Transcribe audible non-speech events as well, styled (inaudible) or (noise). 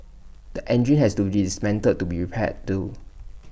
the engine has to be dismantled to be repaired too (noise)